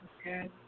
Okay